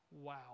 Wow